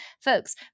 Folks